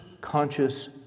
conscious